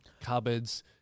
Cupboards